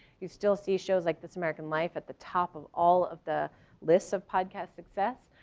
you still see shows like this american life at the top of all of the lists of podcast success.